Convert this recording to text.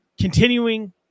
continuing